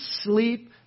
sleep